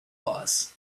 bus